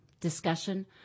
discussion